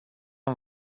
îmi